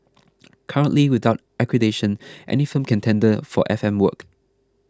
currently without accreditation any firm can tender for FM work